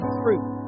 fruit